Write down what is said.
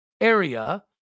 area